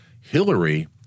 hillary